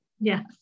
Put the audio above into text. Yes